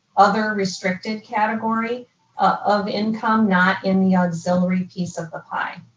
other restricted category of income, not in the auxiliary piece of the pie.